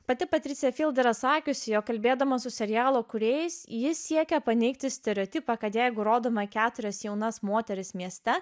pati patricija filme yra sakiusi jog kalbėdamas su serialo kūrėjais ji siekia paneigti stereotipą kad jeigu rodoma keturias jaunas moteris mieste